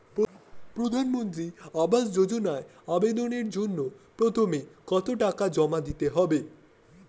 প্রধানমন্ত্রী আবাস যোজনায় আবেদনের জন্য প্রথমে কত টাকা জমা দিতে হবে?